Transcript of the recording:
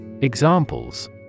Examples